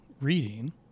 reading